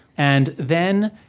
and then,